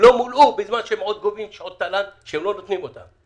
לא מולאו בזמן שהם גובים שעות תל"ן שהם לא נותנים אותם.